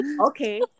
Okay